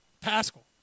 Pascal